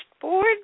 board